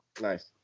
nice